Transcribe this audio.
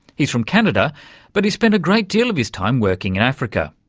he's from canada but he's spent a great deal of his time working in africa.